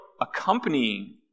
accompanying